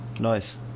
Nice